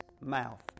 mouth